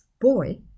boy